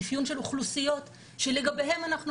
איפיון של אוכלוסיות שלגביהן אנחנו אומרים,